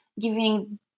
giving